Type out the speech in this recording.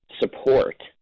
support